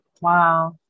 Wow